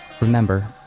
Remember